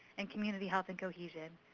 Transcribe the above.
and community health and cohesion.